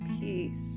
peace